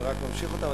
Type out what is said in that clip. ורק ממשיך אותם.